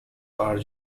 are